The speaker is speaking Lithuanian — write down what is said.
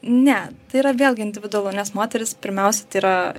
ne tai yra vėlgi individualu nes moteris pirmiausia tai yra